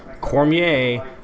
Cormier